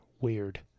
weird